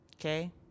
Okay